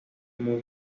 muy